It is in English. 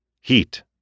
Heat